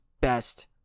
best